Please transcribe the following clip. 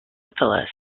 syphilis